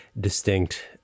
distinct